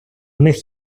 них